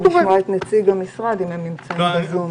אפשר לשמוע את נציג המשרד אם הם נמצאים בזום.